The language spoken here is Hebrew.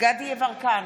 גדי יברקן,